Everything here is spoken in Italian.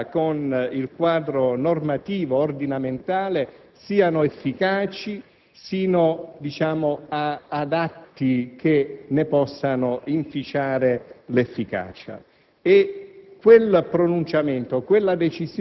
in coerenza con il quadro normativo ordinamentale siano efficaci fino ad atti che ne possano inficiare l'efficacia.